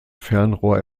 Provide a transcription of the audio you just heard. fernrohr